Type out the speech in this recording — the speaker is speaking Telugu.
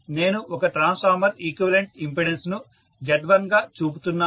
నేను ఒక ట్రాన్స్ఫార్మర్ ఈక్వివలెంట్ ఇంపెడెన్స్ ను Z1 గా చూపుతున్నాను